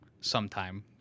sometime